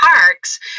parks